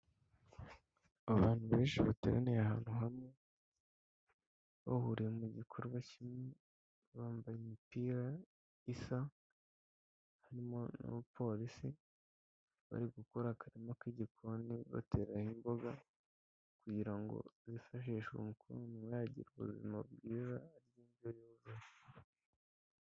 Abantu benshi bateraniye ahantu hamwe bahuriye mu gikorwa kimwe, bambaye imipira isa harimo n'Abapolisi bari gukora akarima k'igikoni batereraho imboga, kugira ngo byifashishe mu kongera ubuzima bwiza bw'indyo yuzuye.